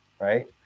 right